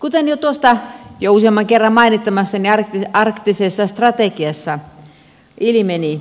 kuten jo tuosta useamman kerran mainitsemastani arktisesta strategiasta ilmeni